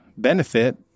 benefit